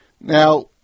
Now